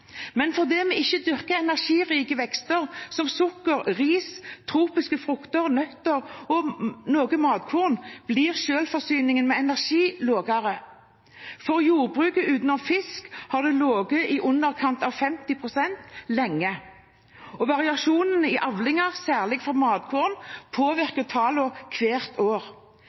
Men fordi vi ikke dyrker energirike vekster som sukker, ris, tropiske frukter, nøtter og noe matkorn, blir selvforsyningen for energi lavere. For jordbruket utenom fisk har det ligget i underkant av 50 pst. lenge, og variasjonen i avlinger, særlig for matkorn, påvirker tallene hvert år.